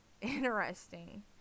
interesting